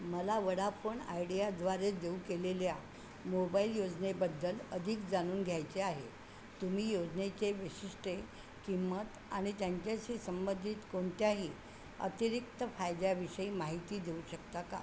मला वडाफोण आयडियाद्वारे देऊ केलेल्या मोबाइल योजनेबद्दल अधिक जाणून घ्यायचे आहे तुम्ही योजनेची वैशिष्ट्ये किंमत आणि त्याच्याशी संबंधित कोणत्याही अतिरिक्त फायद्यांविषयी माहिती देऊ शकता का